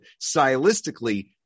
Stylistically